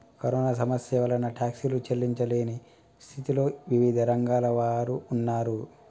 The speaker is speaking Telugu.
కరోనా సమస్య వలన టాక్సీలు చెల్లించలేని స్థితిలో వివిధ రంగాల వారు ఉన్నారు